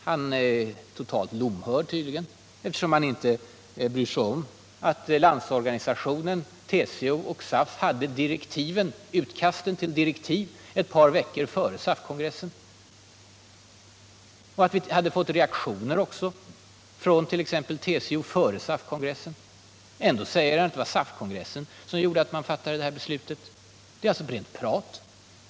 Han är tydligen totalt lomhörd eftersom han inte bryr sig om att Landsorganisationen, TCO och SAF hade utkastet till direktiv ett par veckor före SAF-kongressen och att vi också hade fått reaktioner från exempelvis TCO före denna kongress. Ändå säger han att det var SAF-kongressen som gjorde att man fattade beslutet om utredning. Det är alltså rent prat.